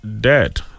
dead